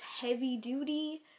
heavy-duty